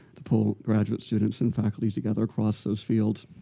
to pull graduate students and faculty together across those fields.